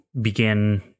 begin